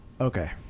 Okay